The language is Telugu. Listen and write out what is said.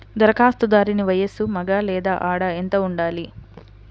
ధరఖాస్తుదారుని వయస్సు మగ లేదా ఆడ ఎంత ఉండాలి?